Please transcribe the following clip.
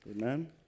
Amen